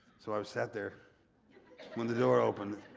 so i was set there when the door opened.